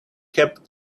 kept